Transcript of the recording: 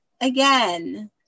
again